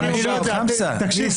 --- תקשיב,